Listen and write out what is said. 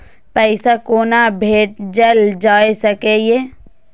पैसा कोना भैजल जाय सके ये